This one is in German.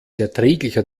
erträglicher